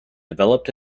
developed